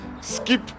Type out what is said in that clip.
Skip